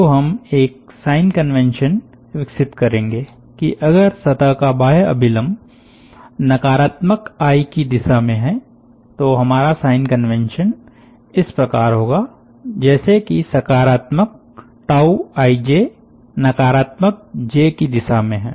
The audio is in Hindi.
तो हम एक साइन कन्वेंशन विकसित करेंगे कि अगर सतह का बाह्य अभिलम्ब नकारात्मक आई की दिशा में है तो हमारा साइन कन्वेंशन इस प्रकार होगा जैसे कि सकारात्मकijनकारात्मक जे की दिशा में है